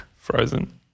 Frozen